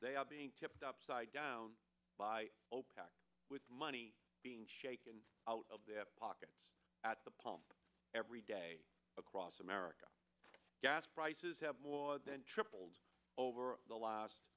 they are being tipped upside down by opec with money being shaken out of their pockets at the pump every day across america gas prices have more than tripled over the last